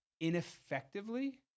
ineffectively